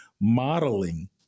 modeling